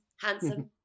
Handsome